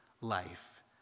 life